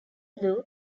blue